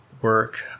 work